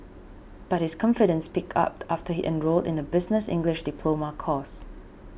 but his confidence picked up after he enrolled in a business English diploma course